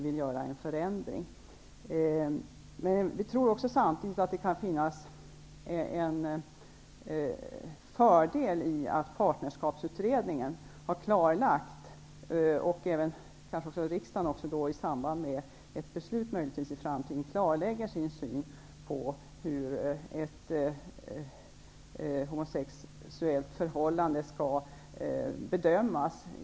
Vi tror samtidigt att det kan vara en fördel om Partnerskapsutredningen -- och även riksdagen, i samband med ett eventuellt beslut i framtiden -- klarlägger sin syn på hur ett homosexuellt förhållande skall bedömas.